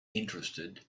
interested